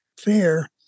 fair